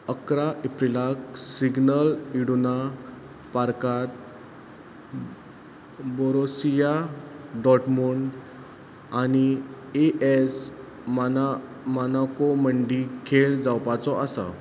इकरा एप्रिलाक Signal Iduna पार्कांत बोरोसिया डॉटमोंट आनी ए एस माना मानॅको मंडी खेळ जावपाचो आसा